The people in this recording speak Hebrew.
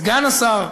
סגן השר,